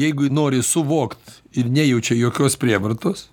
jeigu nori suvokt ir nejaučia jokios prievartos